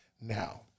now